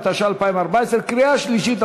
התשע"ה 2014. קריאה שלישית,